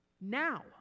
now